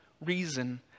reason